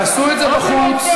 תעשו את זה בחוץ.